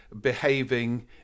behaving